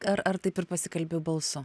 ar ar taip ir pasikalbi balsu